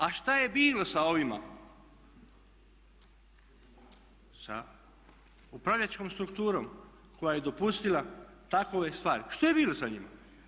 A što je bilo sa ovima, sa upravljačkom strukturom koja je dopustila takve stvari, što je bio sa njima?